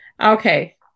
Okay